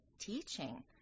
teaching